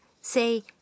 say